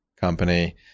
company